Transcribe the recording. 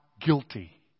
guilty